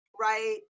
right